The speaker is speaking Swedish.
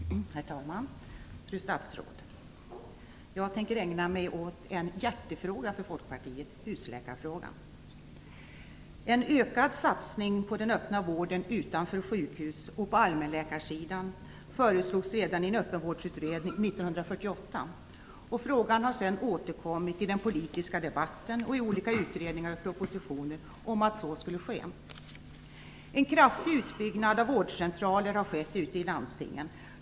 Herr talman! Fru statsråd! Jag tänker ägna mig åt en hjärtefråga för Folkpartiet: husläkarfrågan. En ökad satsning på vården utanför sjukhus och på allmänläkarsidan föreslogs redan i en öppenvårdsutredning 1948. Frågan har sedan återkommit i den politiska debatten och i olika utredningar och propositioner. En kraftig utbyggnad av vårdcentraler har skett ute i landstingen.